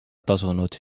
tasunud